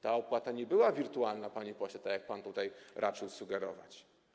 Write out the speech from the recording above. Ta opłata nie była wirtualna, panie pośle, jak pan tutaj raczył sugerować.